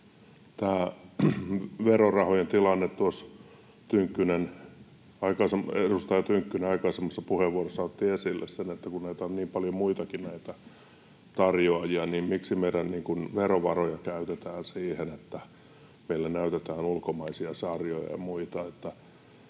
verorahojen tilanne: Tuossa edustaja Tynkkynen aikaisemmassa puheenvuorossaan otti esille sen, että kun näitä tarjoajia on niin paljon muitakin, niin miksi meidän verovaroja käytetään siihen, että meillä näytetään ulkomaisia sarjoja ja muita.